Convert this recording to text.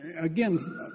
again